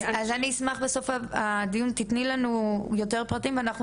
אז אני אשמח בסוף הדיון שתתני לנו יותר פרטים בנושא ואנחנו